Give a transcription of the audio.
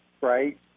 right